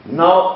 now